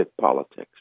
politics